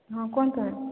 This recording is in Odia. ହଁ କୁହନ୍ତୁ ମ୍ୟାମ